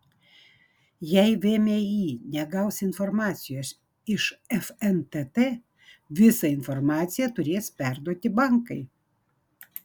jei vmi negaus informacijos iš fntt visą informaciją turės perduoti bankai